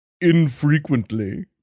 infrequently